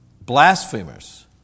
blasphemers